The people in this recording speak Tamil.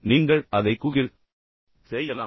நீங்கள் அதை எளிதாக கூகிள் செய்யலாம்